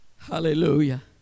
Hallelujah